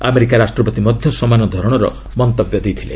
America ରାଷ୍ଟ୍ରପତି ମଧ୍ୟ ସମାନ ଧରଣର ମନ୍ତବ୍ୟ ଦେଇଥିଲେ